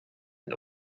and